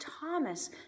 Thomas